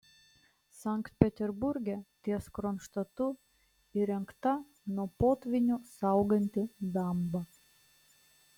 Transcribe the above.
sankt peterburge ties kronštatu įrengta nuo potvynių sauganti damba